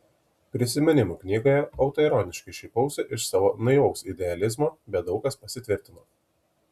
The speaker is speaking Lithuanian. prisiminimų knygoje autoironiškai šaipausi iš savo naivaus idealizmo bet daug kas pasitvirtino